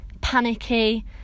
panicky